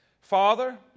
Father